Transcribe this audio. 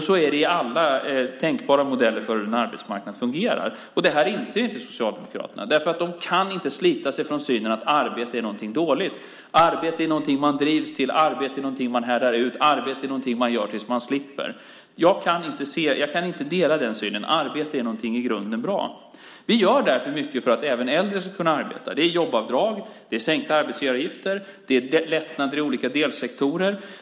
Så är det i alla tänkbara modeller för hur en arbetsmarknad fungerar. Detta inser inte Socialdemokraterna. De kan inte slita sig från synen att arbete är någonting dåligt, att arbete är någonting som man drivs till, som man härdar ut och utför tills man slipper. Jag kan inte dela den synen. Arbete är något i grunden bra. Vi gör därför mycket för att även äldre ska kunna arbeta: jobbavdrag, sänkta arbetsgivaravgifter, lättnader i olika delsektorer.